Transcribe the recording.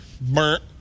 burnt